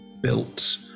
built